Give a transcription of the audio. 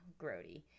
grody